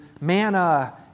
manna